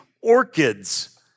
orchids